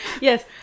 Yes